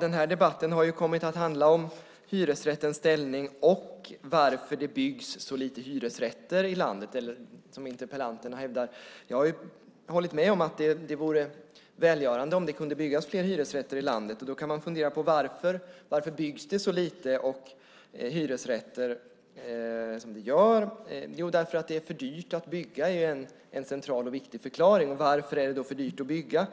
Den här debatten har kommit att handla om hyresrättens ställning och om varför det, som interpellanten hävdar, byggs så lite hyresrätter i landet. Jag håller med om att det vore välgörande om det kunde byggas fler hyresrätter i landet. Man kan fundera på varför det byggs så lite hyresrätter. En central och viktig förklaring är att det är för dyrt att bygga. Varför är det då för dyrt att bygga?